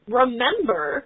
remember